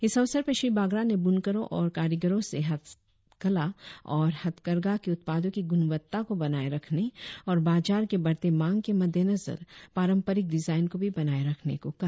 इस अवसर पर श्री बागरा ने ब्रनकरों और कारीगरों से हस्तकला और हथकरघा के उत्पादों की गुणवत्ता को बनाए रखने और बाजार के बढ़ते मांग के मद्देनजर पारंपरिक डिजाइन को भी बनाए रखने को कहा